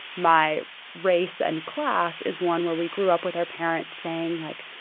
my race and class is one where we grew up with our parents saying, like,